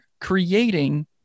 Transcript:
creating